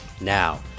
Now